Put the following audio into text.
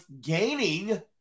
gaining